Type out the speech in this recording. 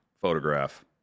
photograph